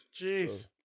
Jeez